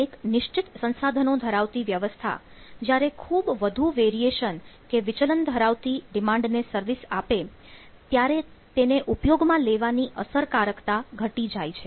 એક નિશ્ચિત સંસાધનો ધરાવતી વ્યવસ્થા જ્યારે ખૂબ વધુ વેરિયેશન કે વિચલન ધરાવતી ડિમાન્ડ ને સર્વિસ આપે ત્યારે તેને ઉપયોગમાં લેવાની અસરકારકતા ઘટી જાય છે